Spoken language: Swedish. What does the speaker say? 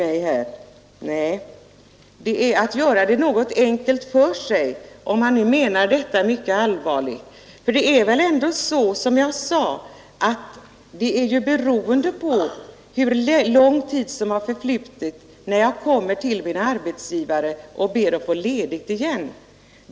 Nej, det är att göra det enkelt för sig — om man nu menar allvar med vad man säger! Det är väl ändå så, som jag sade, att det är beroende på hur lång tid som förflutit när en anställd kommer till sin arbetsgivare och ber att få ledigt igen.